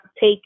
take